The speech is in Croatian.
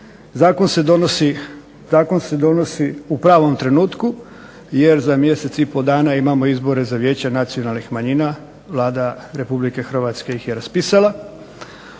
zakon se donosi u pravom trenutku, jer za mjesec i pol dana imamo izbore za vijeća nacionalnih manjina. Vlada Republike Hrvatske ih je raspisala.